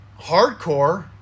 hardcore